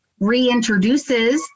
reintroduces